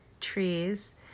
trees